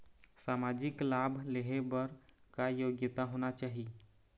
सामाजिक लाभ लेहे बर का योग्यता होना चाही?